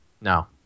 No